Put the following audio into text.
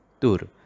Tur